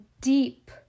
deep